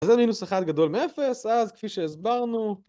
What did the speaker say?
אז זה מינוס אחד גדול מאפס אז כפי שהסברנו